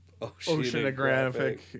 Oceanographic